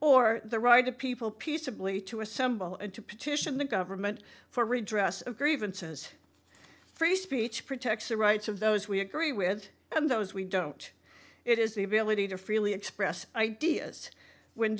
or the right of people peaceably to assemble and to petition the government for redress of grievances free speech protects the rights of those we agree with and those we don't it is the ability to freely express ideas when